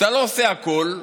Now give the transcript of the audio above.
כשאתה לא עושה הכול,